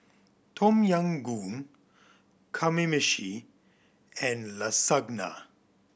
Tom Yam Goong Kamameshi and Lasagna